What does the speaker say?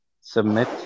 submit